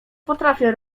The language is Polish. potrafię